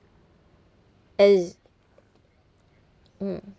mm